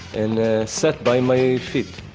and sat by my feet.